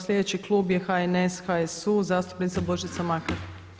Sljedeći klub je HNS, HSU zastupnica Božica Makar.